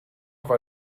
war